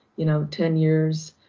you know, ten years,